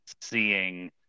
seeing